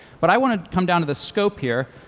but i want to come down to the scope here,